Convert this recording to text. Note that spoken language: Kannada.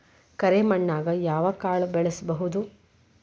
ಕರೆ ಮಣ್ಣನ್ಯಾಗ್ ಯಾವ ಕಾಳ ಬೆಳ್ಸಬೋದು?